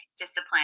discipline